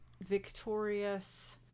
victorious